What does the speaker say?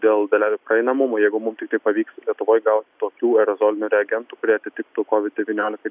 dėl dalelių praeinamumo jeigu mum tik tai pavyks lietuvoje gaut tokių aerozolinių reagentų kurie atitiktų kovid devyniolika